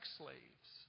slaves